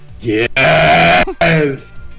Yes